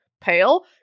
pale